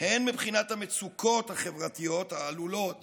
הן מבחינת המצוקות החברתיות העלולות